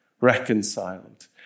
reconciled